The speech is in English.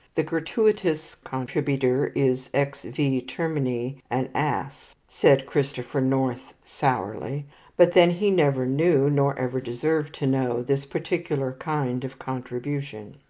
the gratuitous contributor is, ex vi termini, an ass said christopher north sourly but then he never knew, nor ever deserved to know, this particular kind of contribution.